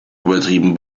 übertrieben